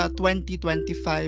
2025